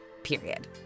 Period